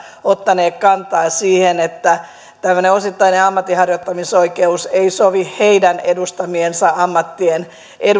ottaneet kantaa siihen että tämmöinen osittainen ammatinharjoittamisoikeus ei sovi heidän edustamiensa ammattien